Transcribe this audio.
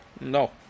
no